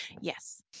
Yes